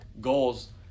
Goals